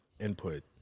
input